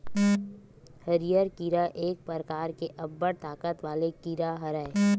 हरियर कीरा एक परकार के अब्बड़ ताकत वाले कीरा हरय